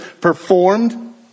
performed